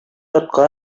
атка